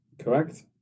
Correct